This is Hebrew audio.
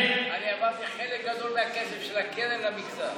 אני העברתי חלק גדול מהכסף של הקרן למגזר.